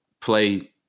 play